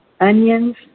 onions